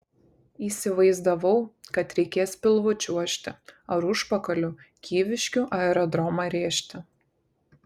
įsivaizdavau kad reikės pilvu čiuožti ar užpakaliu kyviškių aerodromą rėžti